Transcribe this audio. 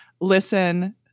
Listen